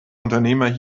unternehmer